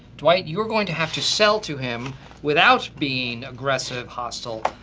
dwight, you are going to have to sell to him without being aggressive, hostile,